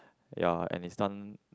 ya and is done